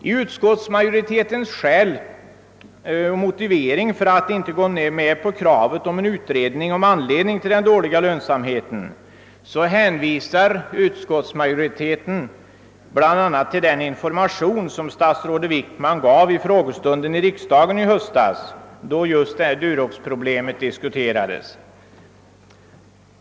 I utskottsmajoritetens motivering för att inte gå med på kravet på en utredning om anledningen till den dåliga lönsamheten hänvisar utskottsmajoriteten bl.a. till den information som statsrådet Wickman gav i frågestunden i riksdagen i höstas då just Duroxproblemet diskuterades.